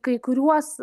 kai kuriuos